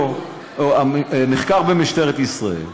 נחקר במשטרת ישראל,